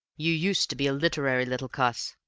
you used to be a literary little cuss,